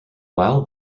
while